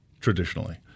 traditionally